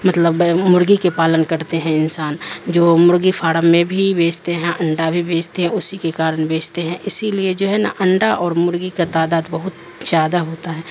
مطلب مرغی کے پالن کرتے ہیں انسان جو مرغی فارم میں بھی بیچتے ہیں انڈا بھی بیچتے ہیں اسی کے کارن بیچتے ہیں اسی لیے جو ہے نا انڈا اور مرغی کا تعداد بہت زیادہ ہوتا ہے